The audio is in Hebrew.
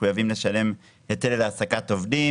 מחויבים לשלם היטל על העסקת עובדים.